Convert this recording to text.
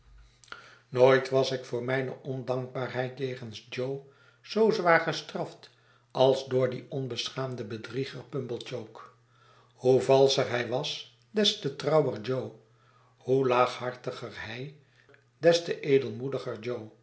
nooit was ik voor mijne ondankbaarheid jegens jo zoo zwaar gesti'aft als door dien onbeschaamden bedrieger pumblechook hoe valscher hij was des te trouwer jo hoe laaghartiger hij des te